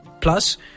Plus